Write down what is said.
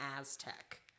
Aztec